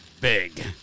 big